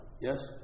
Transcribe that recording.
Yes